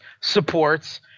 supports